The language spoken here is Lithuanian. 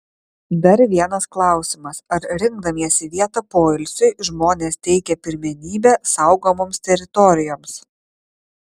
dar vienas klausimas ar rinkdamiesi vietą poilsiui žmonės teikia pirmenybę saugomoms teritorijoms